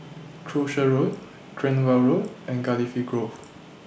Croucher Road Cranwell Road and Cardifi Grove